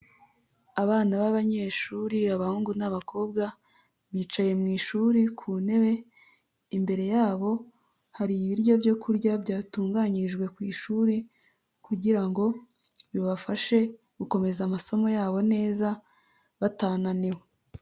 Abana b'abanyeshuri abahungu n'abakobwa, bicaye mu ishuri ku ntebe, imbere yabo hari ibiryo byo kurya byatunganyirijwe ku ishuri kugira ngo bibafashe gukomeza amasomo yabo neza, batananiwe.